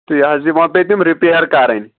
تہٕ یہِ حظ یہ وۄنۍ پیٚیہِ تم ریٚپیر کرٕنۍ